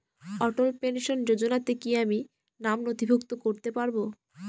অটল pension যোজনাতে কি আমি নাম নথিভুক্ত করতে পারবো?